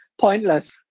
pointless